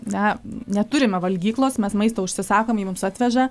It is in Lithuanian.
na neturime valgyklos mes maistą užsisakom jį mums atveža